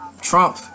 Trump